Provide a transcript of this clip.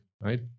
Right